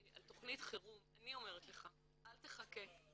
על תכנית חירום, אני אומרת לך, אל תחכה.